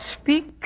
speak